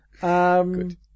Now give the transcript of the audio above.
Good